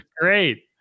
Great